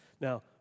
Now